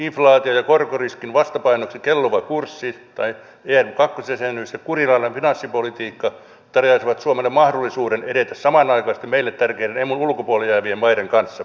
inflaatio ja korkoriskin vastapainoksi kelluva kurssi tai kakkosjäsenyys ja kurinalainen finanssipolitiikka tarjoaisivat suomelle mahdollisuuden edetä samanaikaisesti meille tärkeän emun ulkopuolelle jäävien maiden kanssa